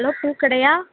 hello பூக்கடையா